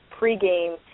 pregame